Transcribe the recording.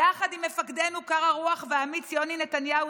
יחד עם מפקדנו קר הרוח והאמיץ יוני נתניהו,